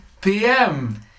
PM